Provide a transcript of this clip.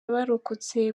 abarokotse